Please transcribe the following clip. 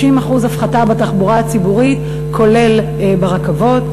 50% הפחתה בדמי התחבורה הציבורית, כולל ברכבות.